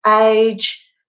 age